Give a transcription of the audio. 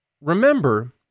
remember